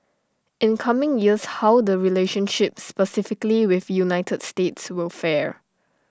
in coming years how the relationship specifically with united states will fare